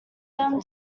them